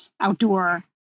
outdoor